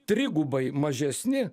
trigubai mažesni